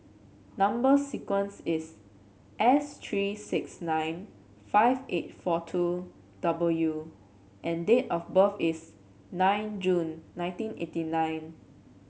number sequence is S three six nine five eight four two W and date of birth is nine June nineteen eighty nine